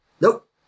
Nope